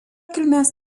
kilmės